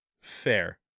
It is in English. Fair